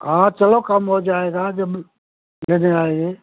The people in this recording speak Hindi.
हाँ चलो कम हो जाएगा जब लेने आएँगे